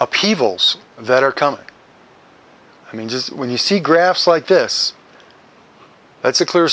upheavals that are coming i mean just when you see graphs like this that's a clear